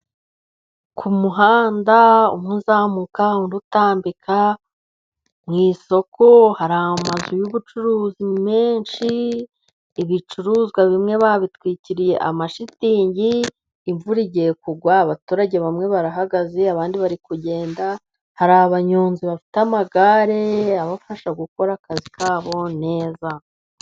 Ku muhanda, umwe uzamuka, undi utambika. Mu isoko hari amazu y'ubucuruzi menshi. Ibicuruzwa bimwe babitwikiriye amashitingi, imvura igiye kugwa, abaturage bamwe barahagaze, abandi bari kugenda. Hari abanyonzi bafite amagare, abafasha gukora akazi kabo neza.